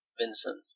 Vincent